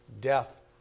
death